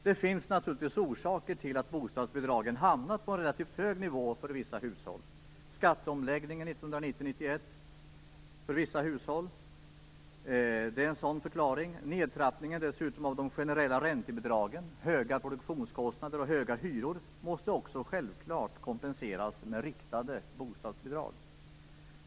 Det finns naturligtvis orsaker till att bostadsbidragen hamnat på en relativt hög nivå för vissa hushåll. Skatteomläggningen 1990/91 för vissa hushåll är en sådan förklaring. Nedtrappningen av de generella räntebidragen, höga produktionskostnader och höga hyror måste också självklart kompenseras med riktade bostadsbidrag.